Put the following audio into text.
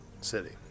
city